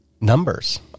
numbers